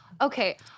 Okay